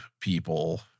people